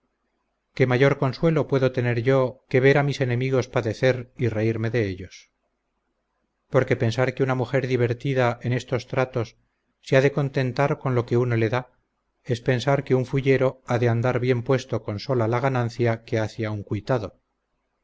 qué mayor consuelo puedo tener yo que ver a mis enemigos padecer y reírme de ellos porque pensar que una mujer divertida en estos tratos se ha de contentar con lo que uno le da es pensar que un fullero ha de andar bien puesto con sola la ganancia que hace a un cuitado